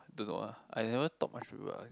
don't know ah I never talk much to people [one]